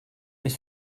mais